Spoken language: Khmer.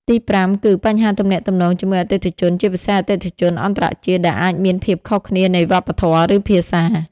ទីប្រាំ គឺ បញ្ហាទំនាក់ទំនងជាមួយអតិថិជន ជាពិសេសអតិថិជនអន្តរជាតិ ដែលអាចមានភាពខុសគ្នានៃវប្បធម៌ ឬភាសា។